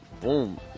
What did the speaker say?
boom